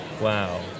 wow